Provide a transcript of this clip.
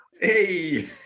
Hey